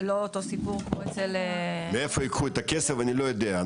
לא אותו סיפור כמו אצל --- מאיפה ייקחו את הכסף אני לא יודע,